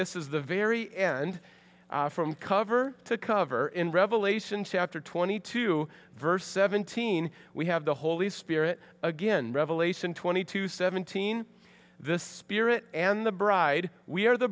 this is the very end from cover to cover in revelation chapter twenty two verse seventeen we have the holy spirit again revelation twenty two seventeen the spirit and the bride we are the